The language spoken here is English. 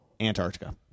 Antarctica